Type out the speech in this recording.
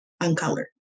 uncolored